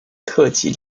特急